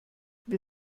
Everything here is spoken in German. wir